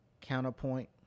counterpoint